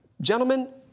Gentlemen